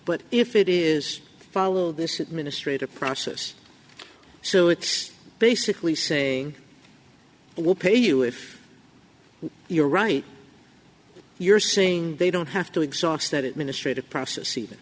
but if it is follow this administrative process so it's basically saying we'll pay you if you're right you're saying they don't have to exhaust that ministry to process even